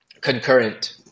Concurrent